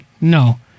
no